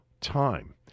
time